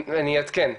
אני אעדכן,